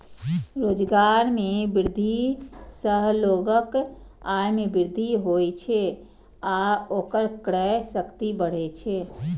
रोजगार मे वृद्धि सं लोगक आय मे वृद्धि होइ छै आ ओकर क्रय शक्ति बढ़ै छै